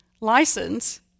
License